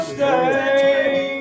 stay